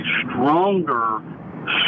stronger